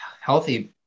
healthy